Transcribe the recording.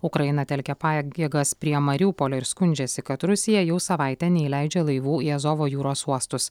ukraina telkia pajėgas prie mariupolio ir skundžiasi kad rusija jau savaitę neįleidžia laivų į azovo jūros uostus